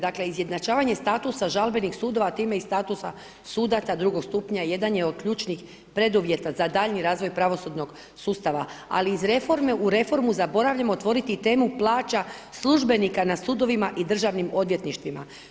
Dakle, izjednačavanje statusa žalbenih sudova, time i statusa sudaca drugog stupnja jedan je od ključnih preduvjeta za daljnji razvoj pravosudnog sustava, ali iz reforme u reformu zaboravljamo otvoriti temu plaća službenika na sudovima i državnim odvjetništvima.